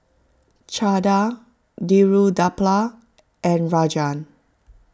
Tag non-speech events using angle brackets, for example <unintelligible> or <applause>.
Chanda <unintelligible> and Rajan